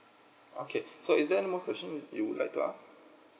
okay so is there any more question you would like to ask